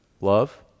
love